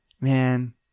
man